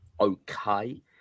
okay